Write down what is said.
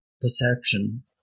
perception